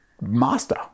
master